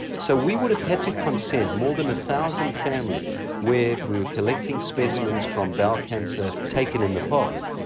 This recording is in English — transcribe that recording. so we would have had to consent more than a thousand families where we were collecting specimens from bowel cancer taken in the past.